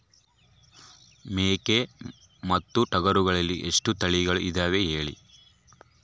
ಮೇಕೆ ಮತ್ತು ಟಗರುಗಳಲ್ಲಿ ಎಷ್ಟು ತಳಿಗಳು ಇದಾವ ಹೇಳಿ?